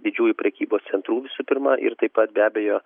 didžiųjų prekybos centrų visų pirma ir taip pat be abejo